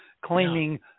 claiming